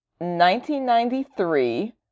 1993